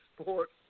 sports